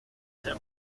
esta